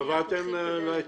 קבעתם מחירון?